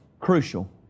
crucial